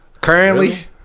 Currently